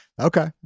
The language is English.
Okay